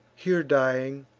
here dying,